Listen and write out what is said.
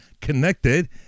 connected